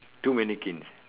two mannequins